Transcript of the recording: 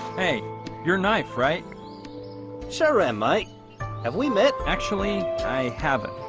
hey your knife, right sure, i might have we met actually i have it,